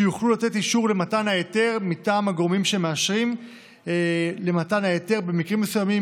שיוכלו לתת אישור למתן ההיתר מטעם הגורמים שמאשרים במקרים מסוימים,